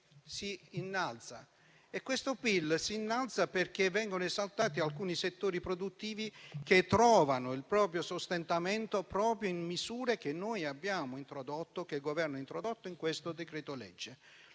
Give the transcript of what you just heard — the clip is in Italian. si innalza. E questo PIL si innalza perché vengono esaltati alcuni settori produttivi che trovano il proprio sostentamento nelle misure che noi e il Governo abbiamo introdotto in questo decreto-legge,